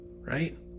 right